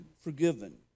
forgiven